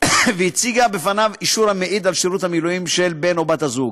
והציגו לפניו אישור המעיד על שירות המילואים של בן או בת הזוג.